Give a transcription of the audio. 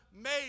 made